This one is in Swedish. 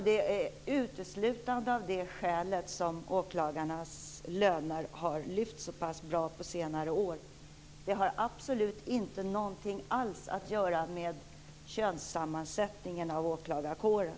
Det är uteslutande av det skälet som åklagarnas löner på senare år har lyft så pass bra. Det har absolut ingenting alls att göra med könssammansättningen inom åklagarkåren.